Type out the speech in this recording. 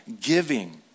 Giving